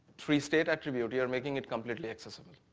three state attributes, you're making it completely accessible.